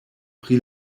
pri